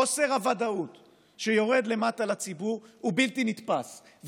חוסר הוודאות שיורד למטה לציבור הוא בלתי נתפס,